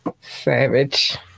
savage